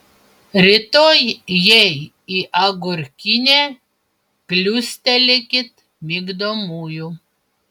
rytoj jai į agurkinę kliūstelėkit migdomųjų